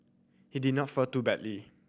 he did not fare too badly